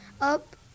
up